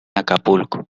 acapulco